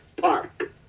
Park